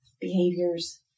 behaviors